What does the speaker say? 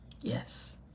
yes